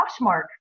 Poshmark